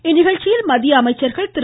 இந்நிகழ்ச்சியில் மத்திய அமைச்சர்கள் திரு